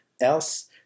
else